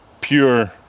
pure